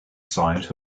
sight